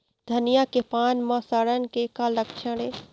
धनिया के पान म सड़न के का लक्षण ये?